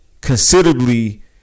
considerably